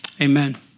Amen